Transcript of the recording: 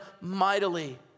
mightily